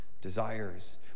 desires